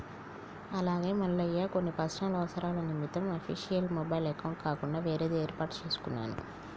అలాగే మల్లయ్య కొన్ని పర్సనల్ అవసరాల నిమిత్తం అఫీషియల్ మొబైల్ అకౌంట్ కాకుండా వేరేది ఏర్పాటు చేసుకున్నాను